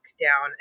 down